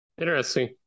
Interesting